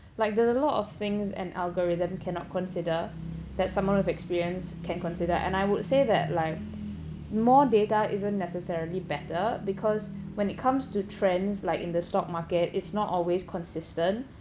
like there's a lot of things an algorithm cannot consider that someone of experience can consider and I would say that like more data isn't necessarily better because when it comes to trends like in the stock market it's not always consistent